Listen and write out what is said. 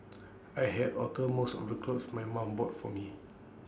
I had alter most of the clothes my mum bought for me